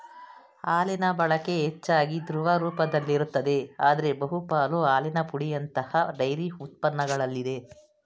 ಹಾಲಿನಬಳಕೆ ಹೆಚ್ಚಾಗಿ ದ್ರವ ರೂಪದಲ್ಲಿರುತ್ತದೆ ಆದ್ರೆ ಬಹುಪಾಲು ಹಾಲಿನ ಪುಡಿಯಂತಹ ಡೈರಿ ಉತ್ಪನ್ನಗಳಲ್ಲಿದೆ